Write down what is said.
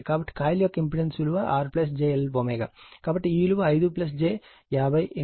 కాబట్టి కాయిల్ యొక్క ఇంపెడెన్స్ విలువ R j Lω కాబట్టి ఈ విలువ 5 j 50 10 3 2π 100